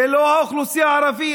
זה לא האוכלוסייה הערבית.